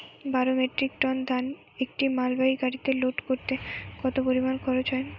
বারো metric ton ধান একটি মালবাহী গাড়িতে লোড করতে কতো পরিমাণ খরচা হয়?